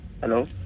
Hello